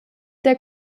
der